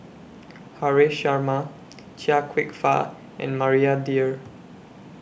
Haresh Sharma Chia Kwek Fah and Maria Dyer